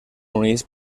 units